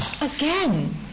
again